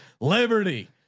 Liberty